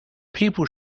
people